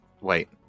Wait